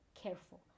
careful